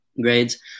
Grades